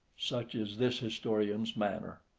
such is this historian's manner.